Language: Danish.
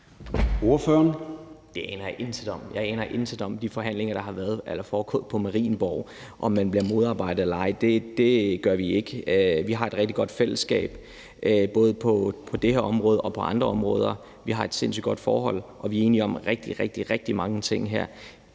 aner jeg intet om. Jeg aner intet om de forhandlinger, der har været, og som er foregået på Marienborg. Med hensyn til om man bliver modarbejdet eller ej, vil jeg sige: Det gør vi ikke, vi har et rigtig godt fællesskab, både på det her område og andre områder. Vi har et sindssygt godt forhold, og vi er enige om rigtig, rigtig mange ting her.